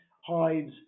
hides